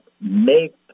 make